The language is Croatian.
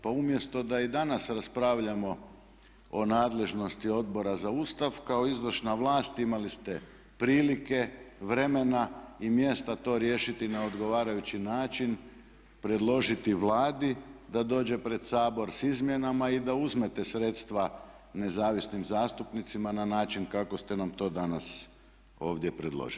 Pa umjesto da i danas raspravljamo o nadležnosti Odbora za Ustav kao izvršna vlat imali ste prilike, vremena i mjesta to riješiti na odgovarajući način, predložiti Vladi da dođe pred Sabor sa izmjenama i da uzmete sredstva nezavisnim zastupnicima na način kako ste nam to danas ovdje predložili.